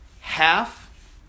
half